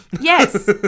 Yes